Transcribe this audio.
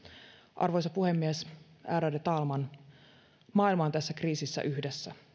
arvoisa puhemies ärade talman maailma on tässä kriisissä yhdessä